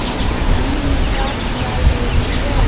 गेहूं में चार सिचाई होती हैं